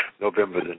November